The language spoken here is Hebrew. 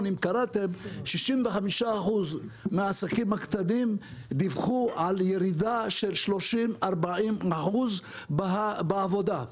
65% מהעסקים הקטנים דיווחו על ירידה של 30%-40% בעבודה.